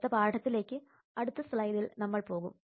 അടുത്ത പാഠത്തിലേക്ക് അടുത്ത സ്ലൈഡിൽ നമ്മൾ പോകും